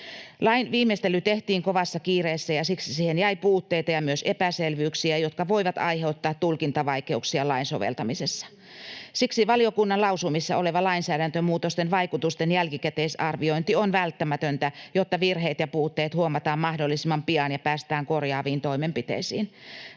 Lain viimeistely tehtiin kovassa kiireessä, ja siksi siihen jäi puutteita ja myös epäselvyyksiä, jotka voivat aiheuttaa tulkintavaikeuksia lain soveltamisessa. Siksi valiokunnan lausumissa oleva lainsäädäntömuutosten vaikutusten jälkikäteisarviointi on välttämätöntä, jotta virheet ja puutteet huomataan mahdollisimman pian ja päästään korjaaviin toimenpiteisiin.